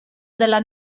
della